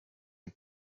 and